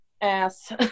ass